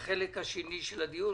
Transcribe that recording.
יהיה החלק השני של הדיון.